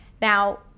Now